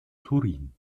turin